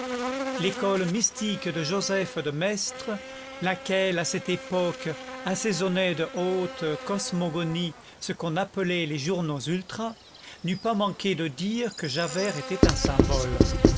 l'école mystique de joseph de maistre laquelle à cette époque assaisonnait de haute cosmogonie ce qu'on appelait les journaux ultras n'eût pas manqué de dire que javert était un symbole